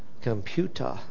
computer